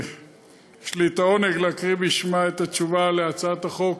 יש לי העונג להקריא בשמה את התשובה על הצעת החוק